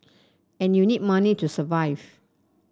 and you need money to survive